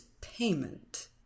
payment